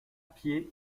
pied